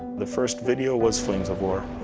the first video was flames of war.